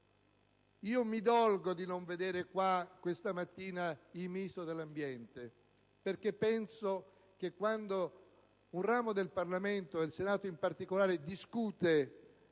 io mi dolgo di non vedere qui presente il Ministro dell'ambiente perché penso che quando un ramo del Parlamento, il Senato in particolare, discute